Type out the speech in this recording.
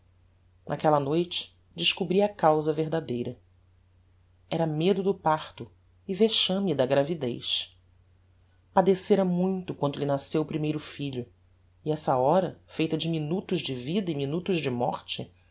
naquella noite descobri a causa verdadeira era medo do parto e vexame da gravidez padecera muito quando lhe nasceu o primeiro filho e essa hora feita de minutos de vida e minutos de morte